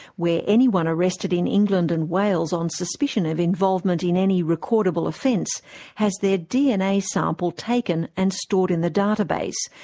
where anyone arrested in england and wales on suspicion of involvement in any recordable offence has their dna sample taken and stored in the database,